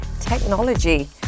technology